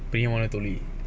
பிரியமானதோழி:priyamana tholi